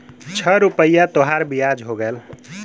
छह रुपइया तोहार बियाज हो गएल